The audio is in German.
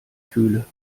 fühle